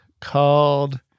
called